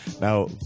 Now